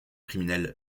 criminelle